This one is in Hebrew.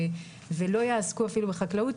ולא יעסקו אפילו בחקלאות.